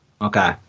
Okay